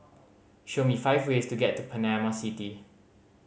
show me five ways to get to Panama City